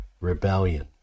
rebellion